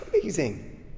amazing